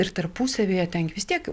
ir tarpusavyje ten gi vis tiek